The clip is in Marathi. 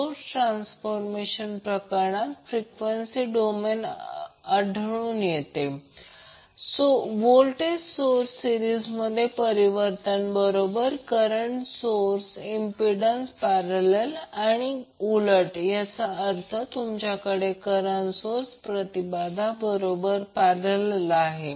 सोर्स ट्रान्सफारमेशन प्रकरणात फ्रिक्वेंसी डोमेन आढळून येते की व्होल्टेज सोर्स सिरिसमध्ये परिवर्तन बरोबर करंट सोर्स इम्पिडंस पॅरलल किंवा उलट याचा अर्थ जर तुमच्याकडे करंट सोर्स प्रति बाध बरोबर पॅरलल आहे